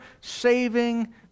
saving